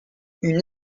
une